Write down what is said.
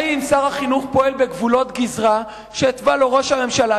האם שר החינוך פועל בגבולות גזרה שהתווה לו ראש הממשלה,